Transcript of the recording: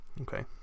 okay